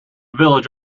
village